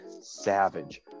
savage